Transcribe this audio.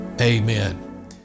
amen